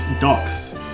Docks